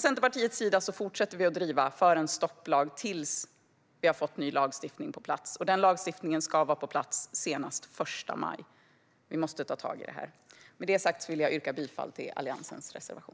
Centerpartiet fortsätter att driva på för en stopplag tills en ny lagstiftning har kommit på plats. En sådan lagstiftning ska komma på plats senast den 1 maj. Vi måste ta tag i det här. Jag vill yrka bifall till Alliansens reservation.